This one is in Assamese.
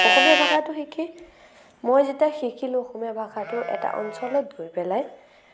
অসমীয়া ভাষাটো শিকি মই যেতিয়া শিকিলো অসমীয়া ভাষাটো এটা অঞ্চলত গৈ পেলাই